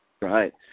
Right